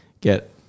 get